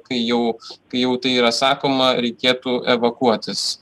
kai jau kai jau tai yra sakoma reikėtų evakuotis